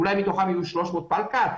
אולי מתוכן 300 יהיו פלקל,